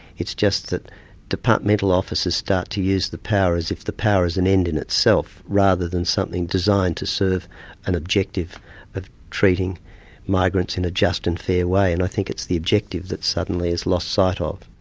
it's just that departmental officers start to use the power as if the power is an end in itself, rather than something designed to serve an objective of treating migrants in a just and fair way, and i think it's the objective that's suddenly is lost sight of.